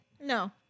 No